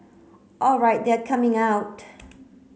alright they are coming out